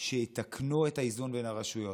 שיתקנו את האיזון בין הרשויות,